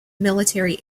military